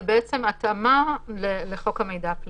זה בעצם התאמה לחוק המידע הפלילי.